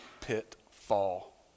pitfall